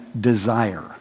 desire